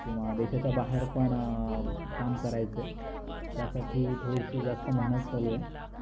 किंवा देशाच्या बाहेर पण काम करायचं आहे त्यासाठी थोडीशी जास्त मेहनत चालू आहे